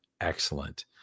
excellent